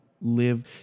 live